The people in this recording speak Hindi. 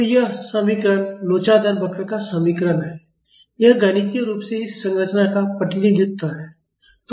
तो यह समीकरण लोचदार वक्र का समीकरण है यह गणितीय रूप से इस संरचना का प्रतिनिधित्व है